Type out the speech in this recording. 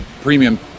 premium